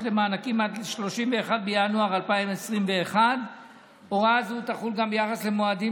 למענקים עד 31 בינואר 2021. הוראה זו תחול גם ביחס למועדים